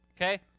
okay